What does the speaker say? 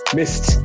missed